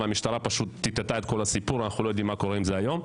המשטרה טאטאה את כל הסיפור כך שאנחנו לא יודעים מה קורה עם זה היום.